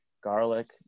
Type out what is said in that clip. Garlic